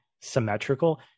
symmetrical